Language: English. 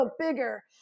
bigger